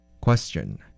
Question